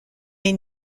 est